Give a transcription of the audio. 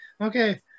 okay